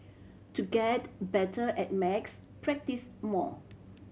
to get better at max practise more